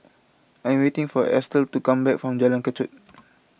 I'm waiting for Estel to come back from Jalan Kechot